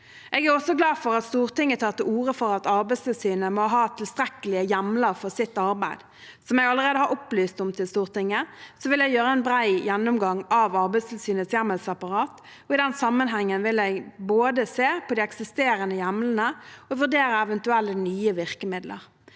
Jeg er også glad for at Stortinget tar til orde for at Arbeidstilsynet må ha tilstrekkelige hjemler for sitt arbeid. Som jeg allerede har opplyst om til Stortinget, vil jeg gjøre en bred gjennomgang av Arbeidstilsynets hjemmelsapparat. I den sammenheng vil jeg både se på de eksisterende hjemlene og vurdere eventuelle nye virkemidler.